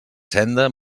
senda